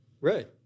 Right